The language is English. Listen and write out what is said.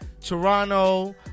Toronto